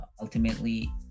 ultimately